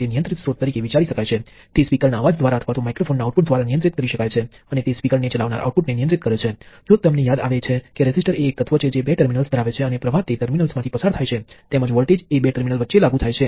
અને અહીંયા પણ નિયંત્રિત નોડ હોય છે હવે આ બે નોડ n1 અને n2 છે અને આ વોલ્ટેજ Vx છે